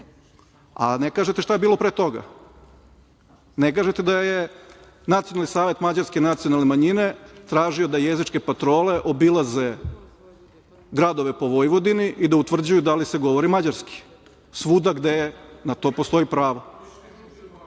a ne kažete šta je bilo pre toga. Ne kažete da je Nacionalni savet mađarske nacionalne manjine tražio da jezičke patrole obilaze gradove po Vojvodini da utvrđuju da li se govori Mađarski, svuda gde na to postoji